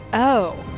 oh,